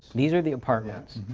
these are the apartments.